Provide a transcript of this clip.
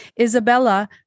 Isabella